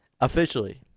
Officially